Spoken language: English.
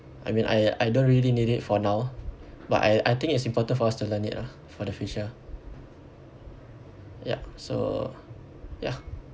I mean I I don't really need it for now but I I think it's important for us to learn it lah for the future yup so ya